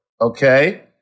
Okay